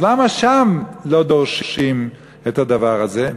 אז למה שם לא דורשים את הדבר הזה,